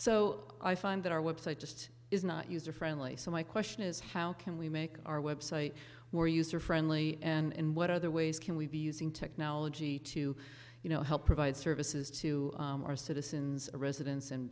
so i find that our web site just is not user friendly so my question is how can we make our website where user friendly and what other ways can we be using technology to you know help provide services to our citizens or residents